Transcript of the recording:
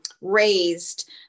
raised